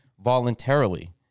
voluntarily